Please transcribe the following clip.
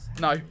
No